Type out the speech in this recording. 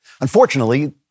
Unfortunately